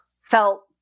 felt